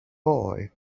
boy